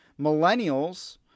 Millennials